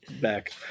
back